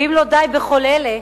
ואם לא די בכל אלה,